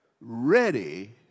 ready